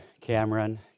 Cameron